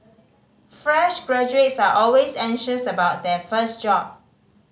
fresh graduates are always anxious about their first job